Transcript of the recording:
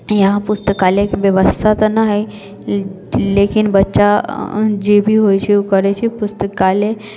यहाँ पुस्तकालयके व्यवस्था तऽ नहि हइ लेकिन बच्चा जे भी होइ छै ओ करै छै पुस्तकालय